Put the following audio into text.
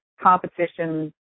competition